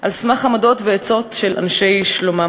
על סמך עמדות ועצות של אנשי שלומם,